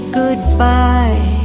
goodbye